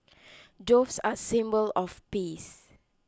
doves are a symbol of peace